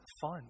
fun